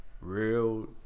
real